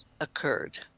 occurred